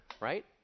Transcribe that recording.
right